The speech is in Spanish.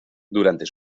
durante